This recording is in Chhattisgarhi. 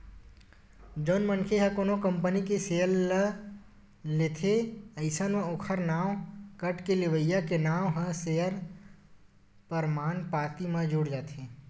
जउन मनखे ह कोनो कंपनी के सेयर ल लेथे अइसन म ओखर नांव कटके लेवइया के नांव ह सेयर परमान पाती म जुड़ जाथे